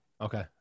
Okay